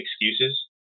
excuses